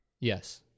Yes